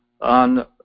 on